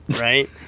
right